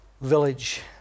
village